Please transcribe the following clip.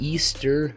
Easter